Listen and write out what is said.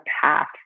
path